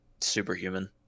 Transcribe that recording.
superhuman